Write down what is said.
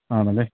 ആണല്ലേ